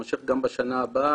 זו לא פעם ראשונה שאתה נמצא פה.